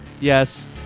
Yes